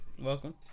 Welcome